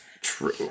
true